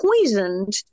poisoned